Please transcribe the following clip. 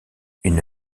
une